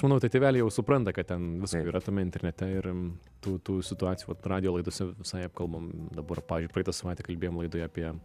manau tai tėveliai jau supranta kad ten visko yra tame internete ir tų tų situacijų vat radijo laidose visai apkalbam dabar pavyzdžiui praeitą savaitę kalbėjom laidoje apie